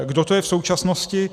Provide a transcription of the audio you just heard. Kdo to je v současnosti?